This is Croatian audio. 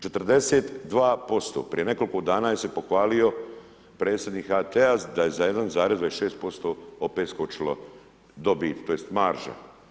42% prije nekoliko dana se je pohvali predsjednik HT-a da je za 1,26% opet skočila dobit tj. marža.